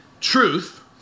truth